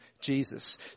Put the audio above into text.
Jesus